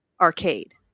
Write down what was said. arcade